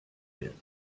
werden